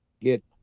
get